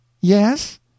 Yes